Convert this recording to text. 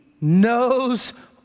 knows